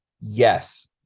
Yes